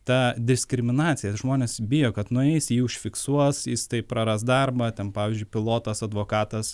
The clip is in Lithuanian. ta diskriminacija žmonės bijo kad nueis jį užfiksuos jis taip praras darbą ten pavyzdžiui pilotas advokatas